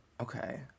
Okay